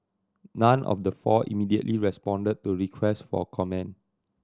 none of the four immediately responded to request for comment